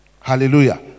hallelujah